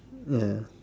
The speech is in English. ya